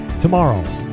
tomorrow